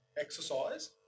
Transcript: exercise